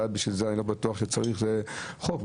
אני לא בטווח שבשביל זה צריך חוק.